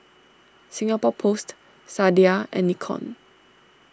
Singapore Post Sadia and Nikon